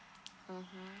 mmhmm